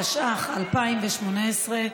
התשע"ח 2018,